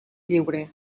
lliure